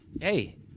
Hey